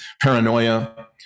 paranoia